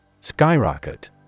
Skyrocket